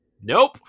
Nope